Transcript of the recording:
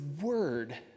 word